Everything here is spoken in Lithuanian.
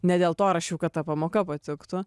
ne dėl to rašiau kad ta pamoka patiktų